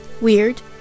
weird